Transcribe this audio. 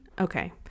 Okay